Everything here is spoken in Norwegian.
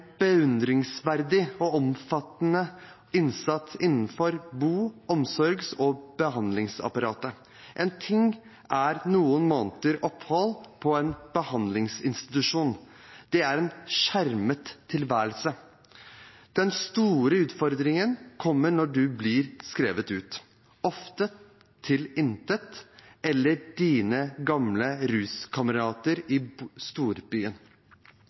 beundringsverdig og omfattende innsats innenfor bo-, omsorgs- og behandlingsapparatet. Én ting er noen måneders opphold på en behandlingsinstitusjon. Det er en skjermet tilværelse. Den store utfordringen kommer når man blir skrevet ut – ofte til intet eller til sine gamle ruskamerater i storbyen.